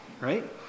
Right